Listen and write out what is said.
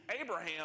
Abraham